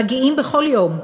מגיעים בכל יום,